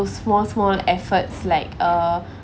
the small small efforts like uh